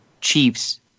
Chiefs